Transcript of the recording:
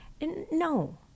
No